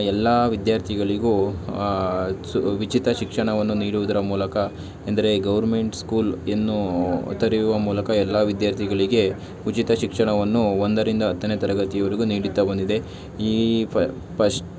ಎಲ್ಲ ವಿದ್ಯಾರ್ಥಿಗಳಿಗೂ ಸು ಉಚಿತ ಶಿಕ್ಷಣವನ್ನು ನೀಡುವುದರ ಮೂಲಕ ಎಂದರೆ ಗೌರ್ಮೆಂಟ್ ಸ್ಕೂಲ್ ಎನ್ನೂ ತೆರೆಯುವ ಮೂಲಕ ಎಲ್ಲ ವಿದ್ಯಾರ್ಥಿಗಳಿಗೆ ಉಚಿತ ಶಿಕ್ಷಣವನ್ನು ಒಂದರಿಂದ ಹತ್ತನೇ ತರಗತಿವರೆಗೂ ನೀಡುತ್ತಾ ಬಂದಿದೆ ಈ ಪಶ್ಟ್